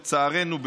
לצערנו,